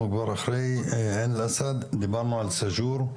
אנחנו כבר אחרי עין אל אסד, דיברנו על סאג'ור.